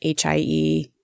HIE